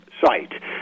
site